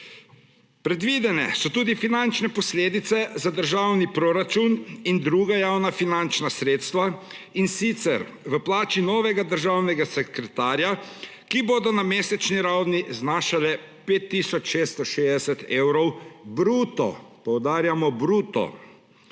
Predvidene so tudi finančne posledice za državni proračun in druga javna finančna sredstva, in sicer v plači novega državnega sekretarja, ki bodo na mesečni ravni znašale 5 tisoč 660 evrov bruto,